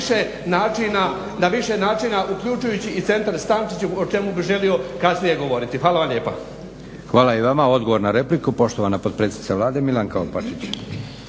Hvala i vama. Odgovor na repliku, poštovana potpredsjednica Vlade Milanka Opačić.